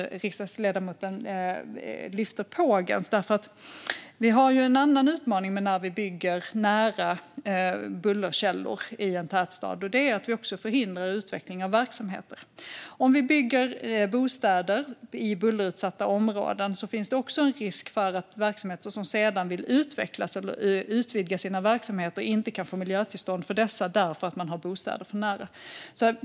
Vi har ju en annan utmaning när vi bygger nära bullerkällor i en tät stad, och det är att vi också förhindrar utveckling av verksamheter. Om vi bygger bostäder i bullerutsatta områden finns det också en risk för att verksamheter som sedan vill utvidga och utvecklas inte kan få miljötillstånd för dessa, eftersom det finns bostäder för nära.